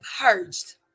purged